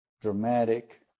dramatic